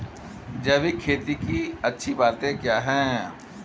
जैविक खेती की अच्छी बातें क्या हैं?